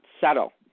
settle